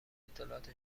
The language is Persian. اطلاعات